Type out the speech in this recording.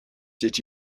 did